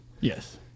Yes